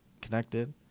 connected